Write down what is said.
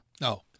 No